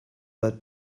but